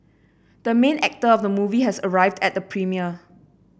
the main actor of the movie has arrived at the premiere